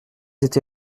été